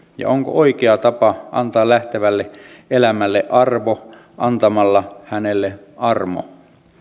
ja onko oikea tapa antaa lähtevälle elämälle arvo antamalla hänelle armo